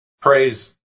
Praise